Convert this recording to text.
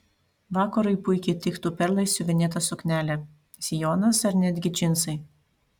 vakarui puikiai tiktų perlais siuvinėta suknelė sijonas ar netgi džinsai